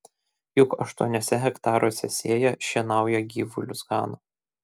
juk aštuoniuose hektaruose sėja šienauja gyvulius gano